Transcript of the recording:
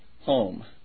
home